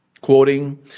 Quoting